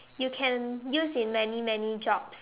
you can use in many many jobs